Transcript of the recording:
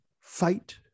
fight